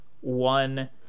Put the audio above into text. one